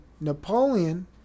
Napoleon